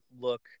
look